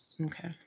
Okay